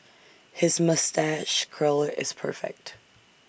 his moustache curl is perfect